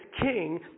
king